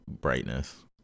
brightness